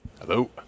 Hello